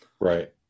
Right